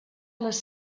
les